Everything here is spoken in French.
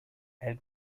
elle